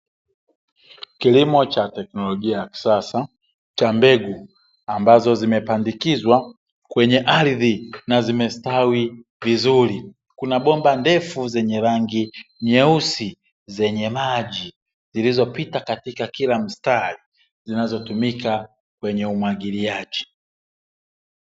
Kilimo cha teknolojia ya kisasa cha mbegu ambazo zimepandikizwa kwenye ardhi na zimestawi vizuri, kuna bomba ndefu zenye rangi nyeusi zenye maji zilizopita katika kila mstari zinazotumika kwenye umwagiliaji.